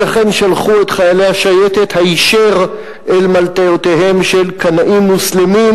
ולכן שלחו את חיילי השייטת היישר אל מלתעותיהם של קנאים מוסלמים,